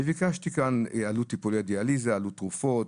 ביקשתי כאן עלות טיפולי דיאליזה, עלות תרופות